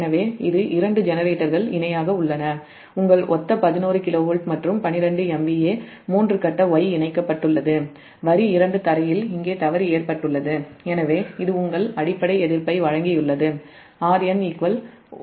எனவே இது இரண்டு ஜெனரேட்டர்கள் இணையாக உள்ளன உங்கள் ஒத்த 11 kV மற்றும் 12 MVA மூன்று கட்ட Y இணைக்கப்பட்டுள்ளது வரி 2 க்ரவுன்ட்ல் இங்கே தவறு ஏற்பட்டுள்ளது எனவே இது உங்கள் அடிப்படை எதிர்ப்பை வழங்கியுள்ளது Rn 1Ω